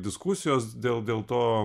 diskusijos dėl dėl to